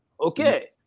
Okay